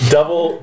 Double